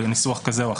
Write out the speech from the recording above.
בניסוח כזה או אחר,